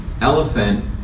elephant